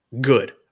good